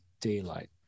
daylight